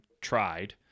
tried